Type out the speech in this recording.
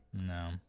No